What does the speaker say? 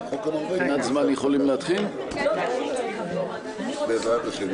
אני היחיד שזוכר.